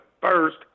first